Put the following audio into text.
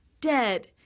dead